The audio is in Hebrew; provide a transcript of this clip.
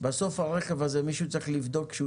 בסופו של דבר מישהו צריך לבדוק שהרכב הזה